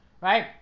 right